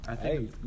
hey